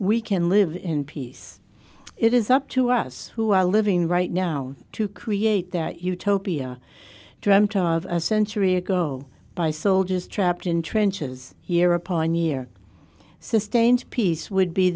we can live in peace it is up to us who are living right now to create that utopia dreamt of a century ago by soldiers trapped in trenches here upon year sustains peace would be